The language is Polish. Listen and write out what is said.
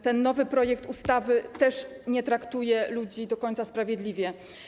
Ten nowy projekt ustawy też nie traktuje ludzi do końca sprawiedliwie.